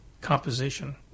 composition